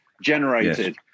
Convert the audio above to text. generated